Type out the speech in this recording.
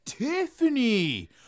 Tiffany